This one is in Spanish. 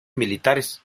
militares